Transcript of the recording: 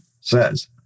says